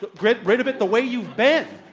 but rid rid of it the way you've been!